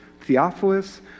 Theophilus